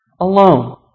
alone